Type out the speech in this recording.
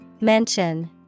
Mention